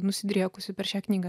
nusidriekusių per šią knygą